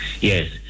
Yes